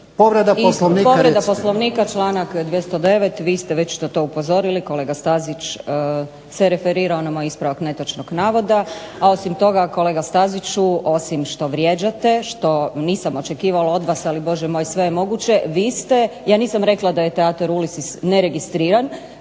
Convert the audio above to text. Povreda Poslovnika, članak 209., vi ste već na to upozorili. Kolega Stazić se referirao na moj ispravak netočnog navoda, a osim toga kolega Staziću osim što vrijeđate što nisam očekivala od vas, ali Bože moj sve je moguće, vi ste, ja nisam rekla da je Teatar Ulysses neregistriran